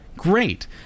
great